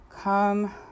Come